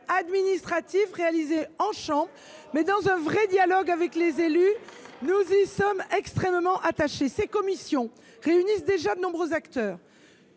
administratif réalisé en chambre, mais dans un véritable dialogue avec les élus ; nous y sommes extrêmement attachés. Cette commission départementale réunit déjà de nombreux acteurs.